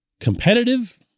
competitive